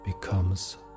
becomes